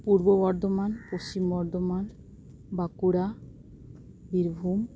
Purba Bardhaman Paschim Bardhaman Bankura Birbhum